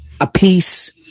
apiece